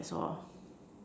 that's all